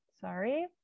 Sorry